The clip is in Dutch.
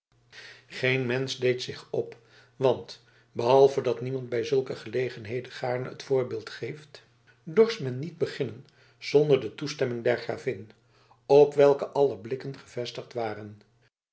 geen mensch deed zich op want behalve dat niemand bij zulke gelegenheden gaarne het voorbeeld geeft dorst men niet beginnen zonder de toestemming der gravin op welke alle blikken gevestigd waren